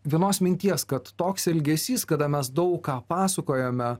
vienos minties kad toks elgesys kada mes daug ką pasakojame